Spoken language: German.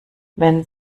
wenn